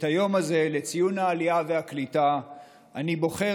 את היום הזה לציון העלייה והקליטה אני בוחר